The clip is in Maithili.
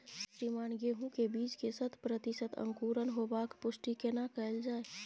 श्रीमान गेहूं के बीज के शत प्रतिसत अंकुरण होबाक पुष्टि केना कैल जाय?